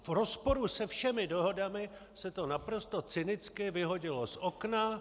V rozporu se všemi dohodami se to naprosto cynicky vyhodilo z okna.